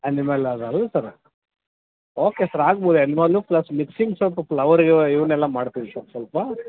animal ಅದಾವಲ್ಲ sir okay okay sir ಆಗ್ಬೋದು animal plus mixing ಸ್ವಲ್ಪ ಪ್ಲವರ್ ಗಿವರ್ ಇವನ್ನೆಲ್ಲ ಮಾಡ್ತೀವಿ ಸರ್ ಸ್ವಲ್ಪ